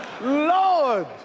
Lord